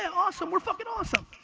ah awesome! we're fucking awesome!